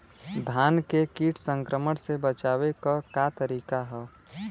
धान के कीट संक्रमण से बचावे क का तरीका ह?